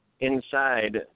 Inside